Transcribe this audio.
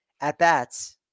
at-bats